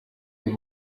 bose